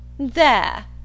There